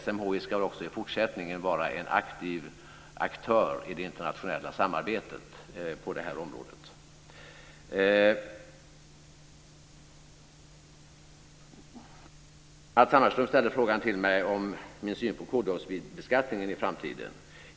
SMHI ska också även i fortsättningen vara en aktiv aktör i det internationella samarbetet på det här området. Matz Hammarström frågade mig om min syn på koldioxidbeskattningen i framtiden.